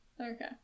Okay